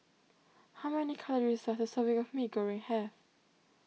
how many calories does a serving of Mee Goreng have